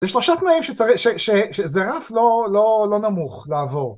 יש שלושה תנאים שזה רף לא נמוך לעבור.